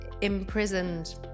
imprisoned